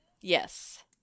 Yes